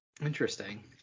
Interesting